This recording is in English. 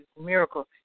miracle